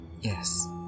Yes